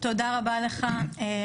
תודה רבה לך, עורך דין חץ-דוד.